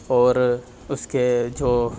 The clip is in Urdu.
اور اس کے جو